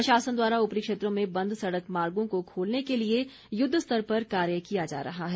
प्रशासन द्वारा ऊपरी क्षेत्रों में बंद सड़क मार्गो को खोलने के लिए युद्वस्तर पर कार्य किया जा रहा है